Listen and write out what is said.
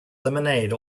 lemonade